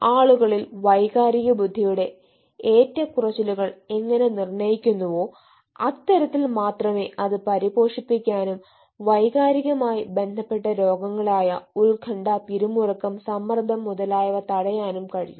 ആളുകളിൽ വൈകാരിക ബുദ്ധിയുടെ ഏറ്റക്കുറച്ചിലുകൾ എങ്ങനെ നിർണ്ണയിക്കുന്നുവോ അത്തരത്തിൽ മാത്രമേ അത് പരിപോഷിപ്പിക്കാനും വൈകാരികമായി ബന്ധപ്പെട്ട രോഗങ്ങളായ ഉത്കണ്ഠ പിരിമുറുക്കം സമ്മർദ്ദം മുതലായവ തടയാനും കഴിയു